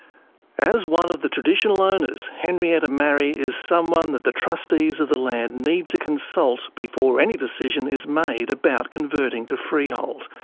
as one of the traditional owners, henrietta marrie is someone that the trustees of the land need to consult before any decision is made about converting to freehold.